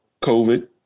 COVID